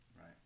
Right